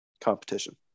competition